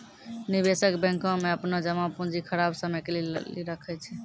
निवेशक बैंको मे अपनो जमा पूंजी खराब समय के लेली राखै छै